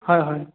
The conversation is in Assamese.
হয় হয়